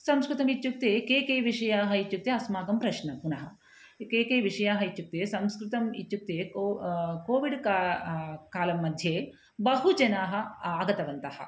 संस्कृतमित्युक्ते के के विषयाः इत्युक्ते अस्माकं प्रश्नः पुनः के के विषयाः इत्युक्ते संस्कृतम् इत्युक्ते को कोविड् का कालमध्ये बहवः जनाः आगतवन्तः